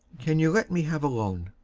can you let me have a loan?